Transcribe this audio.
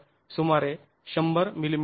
तर सुमारे १०० मि